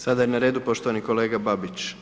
Sada je na redu poštovani kolega Babić.